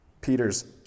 Peter's